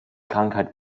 krankheit